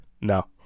no